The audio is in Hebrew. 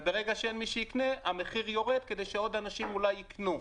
וברגע שאין מי שיקנה המחיר יורד כדי שעוד אנשים אולי יקנו.